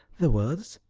the words?